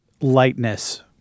lightness